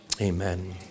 amen